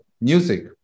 music